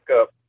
up